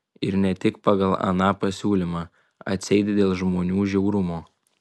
ir ne tik pagal aną pasiūlymą atseit dėl žmonių žiaurumo